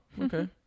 Okay